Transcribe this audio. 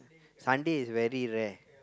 Sunday is very rare